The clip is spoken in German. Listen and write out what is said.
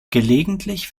gelegentlich